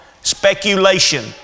Speculation